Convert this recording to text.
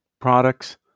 products